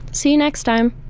see you next time.